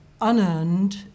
unearned